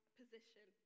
position